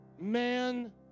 Man